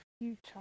future